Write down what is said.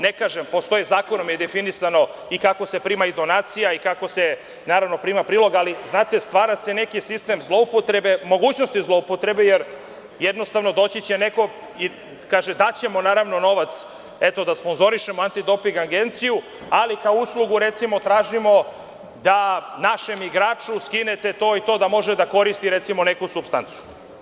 Ne kažem, postoje zakonom definisano i kako se primaju donacije i kako se prima prilog, ali stvara se neki sistem mogućnosti zloupotrebe jer jednostavno će doći neko i kazaće – daćemo novac da sponzorišemo Antidoping agenciju, ali kao uslugu tražimo da našem igraču skinete to i to da može da koristi recimo neku supstancu.